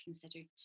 considered